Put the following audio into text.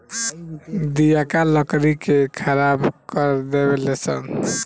दियाका लकड़ी के खराब कर देवे ले सन